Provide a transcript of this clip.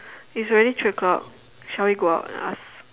it's already three o-clock shall we go out and ask